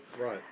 Right